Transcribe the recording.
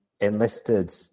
enlisted